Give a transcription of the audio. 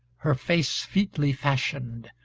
her face featly fashioned,